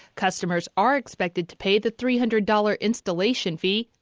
customers are expected to pay the three hundred dollars installation fee,